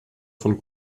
von